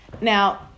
now